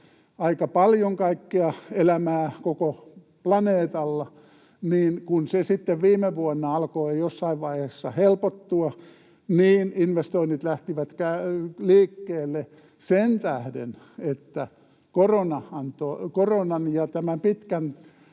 aika paljon kaikkea elämää koko planeetalla, niin kun se sitten viime vuonna alkoi jossain vaiheessa helpottua, investoinnit lähtivät liikkeelle sen tähden, että koronan ja tämän pitkän